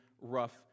rough